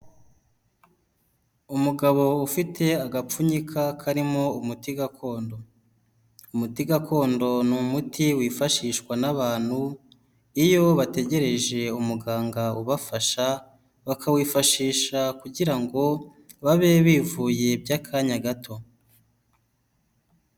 Umugabo ufite agapfunyika karimo umuti gakondo, umuti gakondo ni umuti wifashishwa n'abantu iyo bategereje umuganga ubafasha, bakawifashisha kugira ngo babe bivuye by'akanya gato.